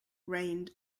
rained